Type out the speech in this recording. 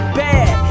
bad